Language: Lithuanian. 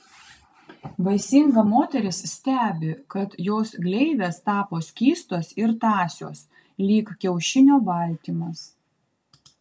vaisinga moteris stebi kad jos gleivės tapo skystos ir tąsios lyg kiaušinio baltymas